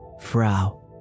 Frau